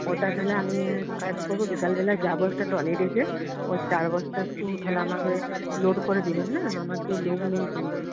ওটা তাহলে আমি এক কাজ করবো বিকালবেলা যাবো একটা ট্রলি ডেকে ও চার বস্তা একটু তাহলে আমাকে লোড করে দিবেন হ্যাঁ আমার তো লোক নেই কিন্তু